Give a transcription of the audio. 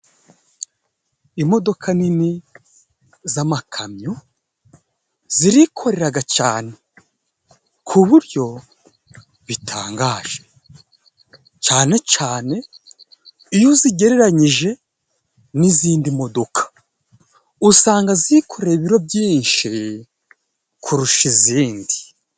Imodoka nini z'amakamyo zirikoreraga cane ku buryo bitangaje. Cane cane iyo uzigereranyije n'izindi modoka, usanga zikore ibiro byinshi kurusha izindi.